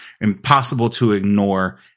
impossible-to-ignore